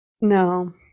No